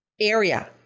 area